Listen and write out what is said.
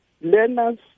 learners